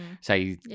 say